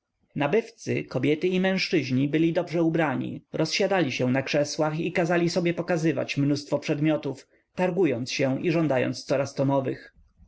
nabywcy kobiety i mężczyźni byli dobrze ubrani rozsiadali się na krzesłach i kazali sobie pokazywać mnóstwo przedmiotów targując się i żądając coraz